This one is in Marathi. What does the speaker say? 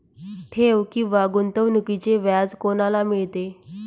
ठेव किंवा गुंतवणूकीचे व्याज कोणाला मिळते?